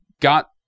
got